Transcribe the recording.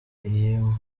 iyi